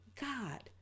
God